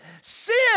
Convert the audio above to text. Sin